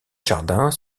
jardins